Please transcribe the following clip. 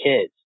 kids